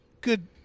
good